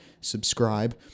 subscribe